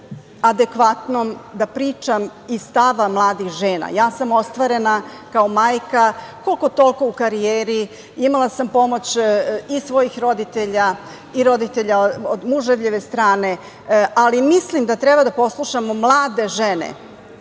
da pričam iz stava mladih žena. Ja sam ostvarena kao majka, koliko, toliko u karijeri, imala sam pomoć i svojih roditelja i roditelja od muževljeve strane, ali mislim da treba da poslušamo mlade žene,